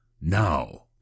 now